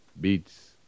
beats